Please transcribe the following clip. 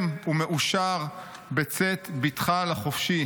מתנחם ומאושר בצאת בתך לחופשי.